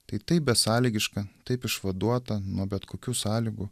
tai taip besąlygiška taip išvaduota nuo bet kokių sąlygų